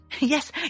yes